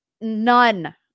None